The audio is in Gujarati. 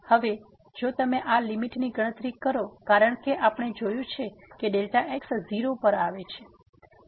હવે જો તમે આ લીમીટની ગણતરી કરો કારણ કે આપણે જોયું છે કે x 0 પર આવે છે